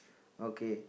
okay